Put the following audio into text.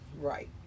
Right